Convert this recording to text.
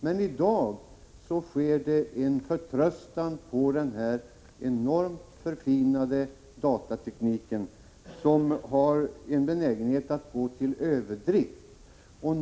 Men i dag har man stor förtröstan på den enormt förfinade datatekniken, en förtröstan som har en benägenhet att gå till överdrift.